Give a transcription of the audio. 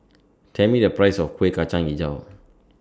Tell Me The Price of Kuih Kacang Hijau